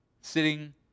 sitting